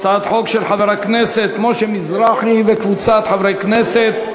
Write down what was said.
הצעת חוק של חבר הכנסת משה מזרחי וקבוצת חברי הכנסת.